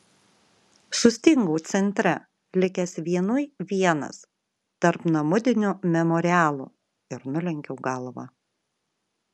sustingau centre likęs vienui vienas tarp namudinių memorialų ir nulenkiau galvą